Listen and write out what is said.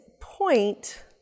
point